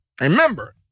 Remember